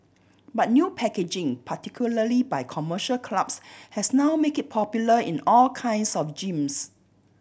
but new packaging particularly by commercial clubs has now make it popular in all kinds of gyms